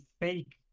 fake